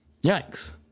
yikes